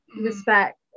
respect